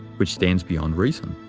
which stands beyond reason.